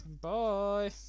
bye